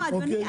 אדוני,